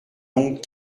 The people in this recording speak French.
donc